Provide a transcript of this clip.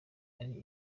ari